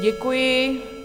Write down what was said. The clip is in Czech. Děkuji.